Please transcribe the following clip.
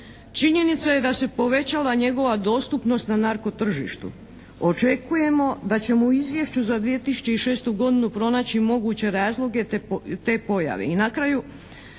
Činjenica je da se povećava njegova dostupnost na narko tržištu. Očekujemo da ćemo u izvješću za 2006. godinu pronaći moguće razloge te pojave. I na kraju